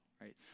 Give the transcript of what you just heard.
right